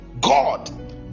God